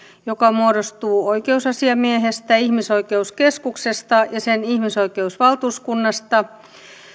joka muodostuu oikeusasiamiehestä ihmisoikeuskeskuksesta ja sen ihmisoikeusvaltuuskunnasta